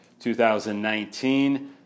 2019